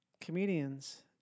comedians